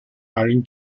allen